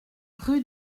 rue